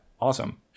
awesome